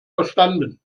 verstanden